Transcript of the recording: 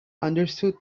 understood